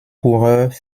coureurs